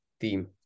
team